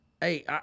hey